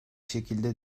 şekilde